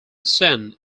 sen